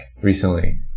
recently